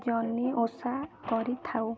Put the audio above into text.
ଜହ୍ନି ଓଷା କରିଥାଉ